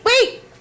wait